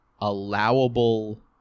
allowable